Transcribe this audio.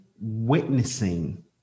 witnessing